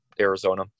Arizona